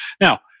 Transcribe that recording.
now